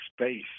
space